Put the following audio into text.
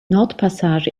nordpassage